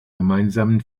gemeinsamen